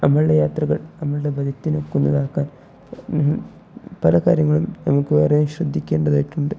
നമ്മളുടെ യാത്രകൾ നമ്മളുടെ ബജറ്റിന് ഒക്കുന്നതാക്കാൻ പല കാര്യങ്ങളും നമുക്ക് വേറെ ശ്രദ്ധിക്കേണ്ടതായിട്ടുണ്ട്